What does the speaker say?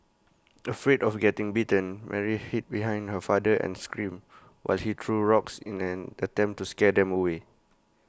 afraid of getting bitten Mary hid behind her father and screamed while he threw rocks in an attempt to scare them away